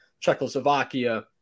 Czechoslovakia